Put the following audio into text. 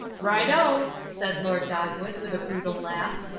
right-oh! said lord dogwood, with a brutal laugh.